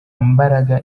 mbaraga